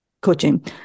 coaching